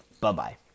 Bye-bye